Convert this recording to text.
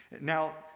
Now